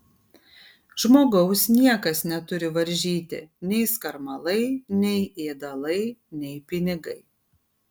žmogaus niekas neturi varžyti nei skarmalai nei ėdalai nei pinigai